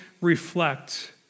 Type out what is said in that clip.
reflect